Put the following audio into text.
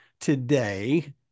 today